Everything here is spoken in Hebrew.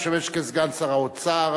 המשמש כסגן שר האוצר,